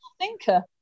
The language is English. thinker